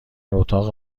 اتاق